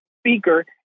speaker